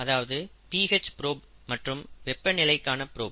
அதாவது pH probe மற்றும் வெப்பநிலைக்காண புரோப்